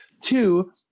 Two